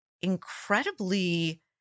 incredibly